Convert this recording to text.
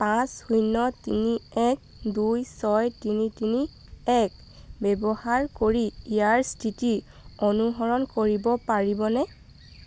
পাঁচ শূন্য তিনি এক দুই ছয় তিনি তিনি এক ব্যৱহাৰ কৰি ইয়াৰ স্থিতি অনুসৰণ কৰিব পাৰিবনে